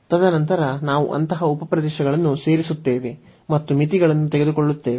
ತದನಂತರ ನಾವು ಅಂತಹ ಉಪ ಪ್ರದೇಶಗಳನ್ನು ಸೇರಿಸುತ್ತೇವೆ ಮತ್ತು ಮಿತಿಗಳನ್ನು ತೆಗೆದುಕೊಳ್ಳುತ್ತೇವೆ